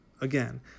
Again